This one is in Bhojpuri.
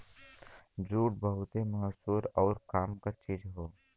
जूट बहुते मसहूर आउर काम क चीज हौ